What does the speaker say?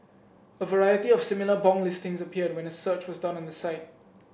a variety of similar bong listings appeared when a search was done on the site